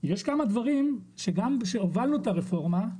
יש כמה דברים שכבר שהובלנו את הרפורמה,